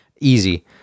easy